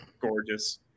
gorgeous